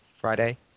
Friday